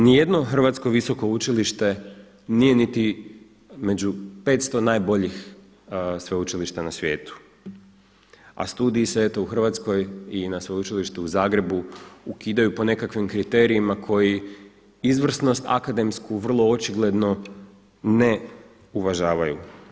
Ni jedno hrvatsko visoko učilište nije niti među 500 najboljih sveučilišta u svijetu, a studiji se eto u Hrvatskoj i na Sveučilištu u Zagrebu ukidaju po nekakvim kriterijima koji izvrsnost akademsku vrlo očigledno ne uvažavaju.